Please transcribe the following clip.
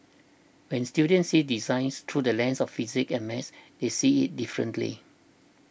when students see designs through the lens of physics and maths they see it differently